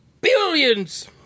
billions